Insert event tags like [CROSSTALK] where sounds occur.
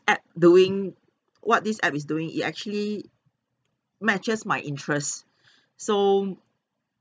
app doing what this app is doing it actually matches my interest [BREATH] so